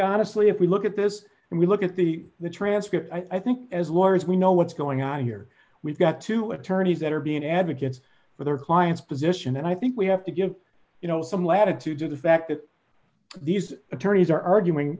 honestly if we look at this and we look at the the transcript i think as lawyers we know what's going on here we've got two attorneys that are being advocates for their clients position and i think we have to give you know some latitude to the fact that these attorneys are arguing